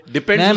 Depends